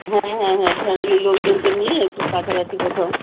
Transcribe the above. হ্যাঁ হ্যাঁ হ্যাঁ ফ্যামিলির লোকজনদের নিয়ে একটু কাছাকাছি কোথাও